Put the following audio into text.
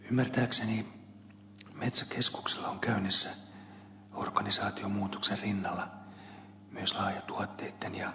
ymmärtääkseni metsäkeskuksella on käynnissä organisaatiomuutoksen rinnalla myös laaja tuotteitten ja palvelujen uudistamisprosessi laskevien budjettikehysten vallitessa